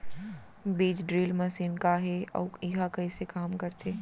बीज drill machine का हे अऊ एहा कइसे काम करथे?